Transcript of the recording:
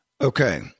Okay